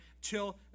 till